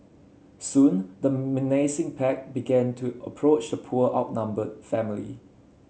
soon the menacing pack began to approach the poor outnumbered family